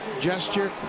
gesture